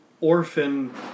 orphan